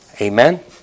amen